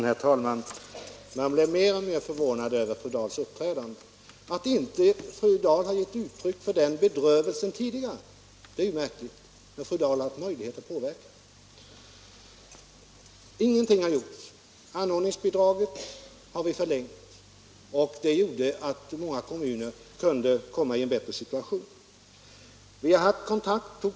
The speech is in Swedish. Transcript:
Herr talman! Man blir mer och mer förvånad över fru Dahls uppträdande. Att fru Dahl inte har givit uttryck för den bedrövelsen tidigare är märkligt. Fru Dahl har ju haft möjligheter att påverka. Ingenting har gjorts, säger fru Dahl. Men jag vill påpeka att anordningsbidraget har förlängts. Det gjorde att många kommuner kunde komma i en bättre situation.